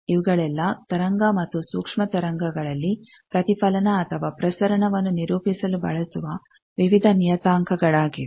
ಇವುಗಳೆಲ್ಲ ತರಂಗ ಮತ್ತು ಸೂಕ್ಷ್ಮ ತರಂಗಗಳಲ್ಲಿ ಪ್ರತಿಫಲನ ಅಥವಾ ಪ್ರಸರಣವನ್ನು ನಿರೂಪಿಸಲು ಬಳಸುವ ವಿವಿಧ ನಿಯತಾಂಕಗಳಾಗಿವೆ